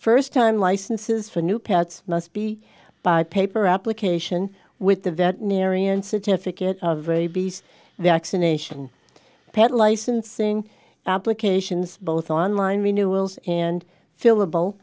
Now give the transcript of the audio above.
first time licenses for new pets must be by paper application with the vet marion certificate of rabies vaccination pet licensing applications both online renewals and fillable